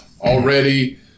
already